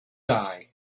die